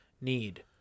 need